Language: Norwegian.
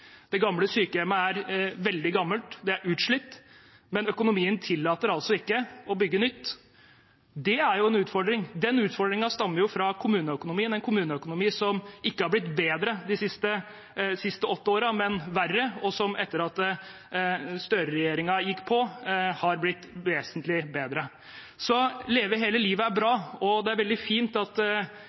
Det gamle sykehjemmet er veldig gammelt, det er utslitt, men økonomien tillater altså ikke å bygge nytt. Det er en utfordring. Den utfordringen stammer fra kommuneøkonomien, en kommuneøkonomi som ikke har blitt bedre de siste åtte årene, men verre, og som etter at Støre-regjeringen gikk på, har blitt vesentlig bedre. Leve hele livet er bra, og det er veldig fint at